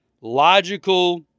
Logical